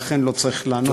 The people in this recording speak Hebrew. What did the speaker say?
ולכן לא צריך לענות,